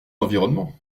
l’environnement